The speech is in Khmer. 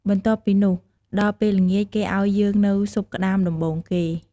បន្ទាប់ពីនោះ ដល់ពេលល្ងាចគេឲ្យយើងនូវស៊ុបក្តាមដំបូងគេ ។